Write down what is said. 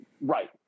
Right